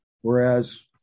whereas